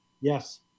Yes